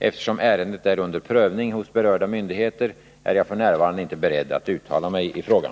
Eftersom ärendet är under prövning hos berörda myndigheter är jag f. n. inte beredd att uttala mig i frågan.